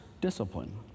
discipline